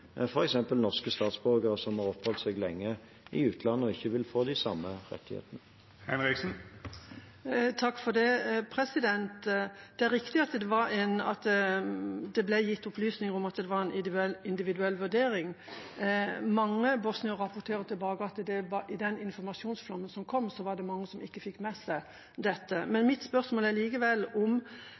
norske statsborgere som har oppholdt seg lenge i utlandet, som ikke vil få de samme rettighetene. Takk for det. Det er riktig at det ble gitt opplysninger om at det var individuell vurdering. Mange bosniere rapporterer tilbake at i den informasjonsflommen som kom, var det mange som ikke fikk med seg dette. Mitt spørsmål er likevel om